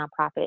nonprofit